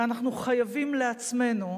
אנחנו חייבים לעצמנו